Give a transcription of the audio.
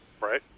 Right